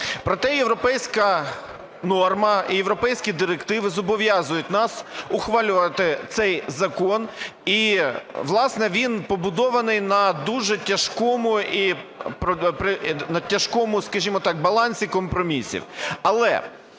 Проте європейська норма і європейські директиви зобов'язують нас ухвалювати цей закон, і, власне, він побудований на дуже тяжкому, скажемо так, балансі компромісів.